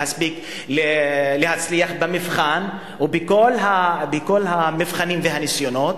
להספיק להצליח במבחן ובכל המבחנים והניסיונות,